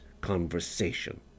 conversation